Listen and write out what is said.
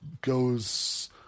goes